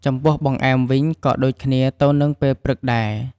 ចំពោះបង្អែម វិញក៍ដូចគ្នាទៅនឹងពេលព្រឹកដែរ។